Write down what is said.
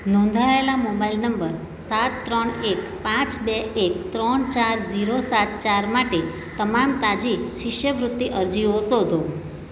નોંધાયેલા mobile number સાત ત્રણ એક પાંચ બે એક ત્રણ ચાર ઝીરો સાત ચાર માટે તમામ તાજી શિષ્યવૃત્તિ અરજીઓ શોધો